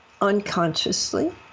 unconsciously